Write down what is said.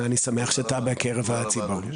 ואני שמח שאתה בקרב הציבור.